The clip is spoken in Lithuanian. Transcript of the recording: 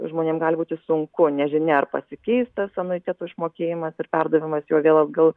žmonėm gali būti sunku nežinia ar pasikeis tas anuitetų išmokėjimas ir perdavimas jo vėl atgal